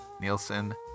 Nielsen